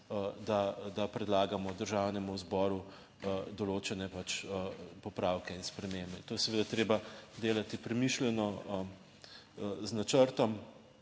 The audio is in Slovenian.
da predlagamo Državnemu zboru določene popravke in spremembe. To je seveda treba delati premišljeno. Z načrtom.